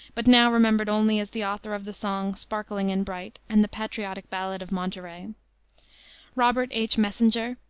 but now remembered only as the author of the song, sparkling and bright, and the patriotic ballad of monterey robert h. messinger,